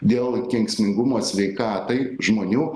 dėl kenksmingumo sveikatai žmonių